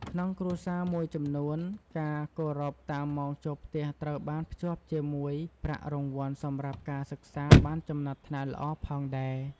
ក្នុងគ្រួសារមួយចំនួន ការគោរពតាមម៉ោងចូលផ្ទះត្រូវបានភ្ជាប់ជាមួយប្រាក់រង្វាន់សម្រាប់ការសិក្សាបានចំណាត់ថ្នាក់ល្អផងដែរ។